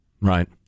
Right